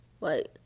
Wait